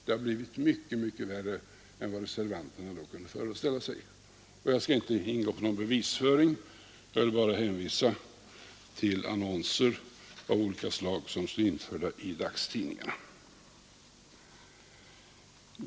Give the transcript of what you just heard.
Det har blivit mycket, mycket 161 värre, än vad reservanterna då kunde föreställa sig. Jag skall inte ingå på någon bevisföring utan hänvisar bara till annonser av olika slag som står införda i dagstidningarna.